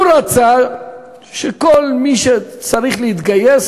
הוא רצה שכל מי שצריך להתגייס,